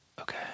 Okay